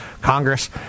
Congress